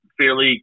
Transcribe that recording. fairly